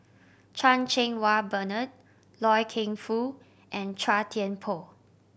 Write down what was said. Chan Cheng Wah Bernard Loy Keng Foo and Chua Thian Poh